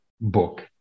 book